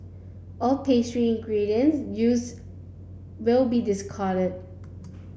all pastries and ingredients used will be discarded